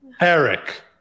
Eric